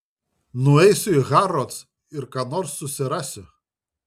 nueisiu į harrods ir ką nors susirasiu